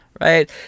right